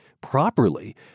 properly